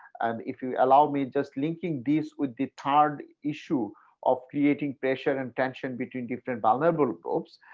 and if you allow me, just linking this with the third issue of creating pressure and tension between different vulnerable groups.